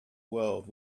world